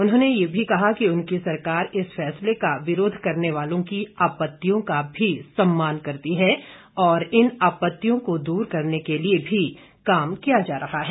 उन्होंने यह भी कहा कि उनकी सरकार इस फैसले का विरोध करने वालों की आपत्तियों का भी सम्मान करती है और इन आपत्तियों को दूर करने के लिये भी काम किया जा रहा है